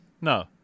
No